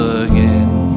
again